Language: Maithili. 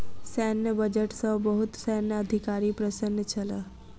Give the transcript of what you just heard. सैन्य बजट सॅ बहुत सैन्य अधिकारी प्रसन्न छल